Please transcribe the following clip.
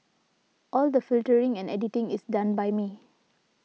all the filtering and editing is done by me